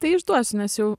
tai išduosiu nes jau